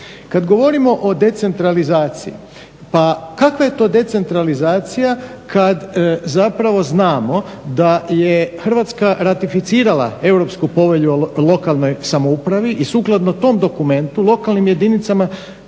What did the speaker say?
Kada govorimo o decentralizaciji, pa kakva je to decentralizacija kada zapravo znamo da je Hrvatska ratificirala Europsku povelju o lokalnoj samoupravi i sukladno tom dokumentu lokalnim jedinicama